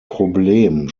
problem